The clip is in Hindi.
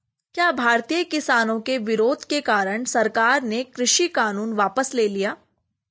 क्या भारतीय किसानों के विरोध के कारण सरकार ने कृषि कानून वापस ले लिया?